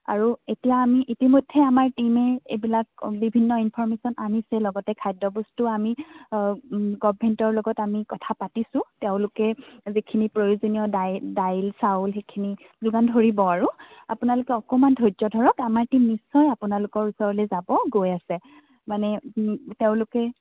আৰু এতিয়া আমি ইতিমধ্যে আমাৰ টিমে এইবিলাক বিভিন্ন ইনফৰ্মেচন আনিছে লগতে খাদ্যবস্তু আমি গভৰ্মেণ্টৰ লগত আমি কথা পাতিছোঁ তেওঁলোকে যিখিনি প্ৰয়োজনীয় দাই দাইল চাউল সেইখিনি যোগান ধৰিব আৰু আপোনালোকে অকণমান ধৰ্য্য ধৰক আমাৰ টিম নিশ্চয় আপোনালোকৰ ওচৰললৈ যাব গৈ আছে মানে তেওঁলোকে